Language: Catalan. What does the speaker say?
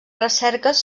recerques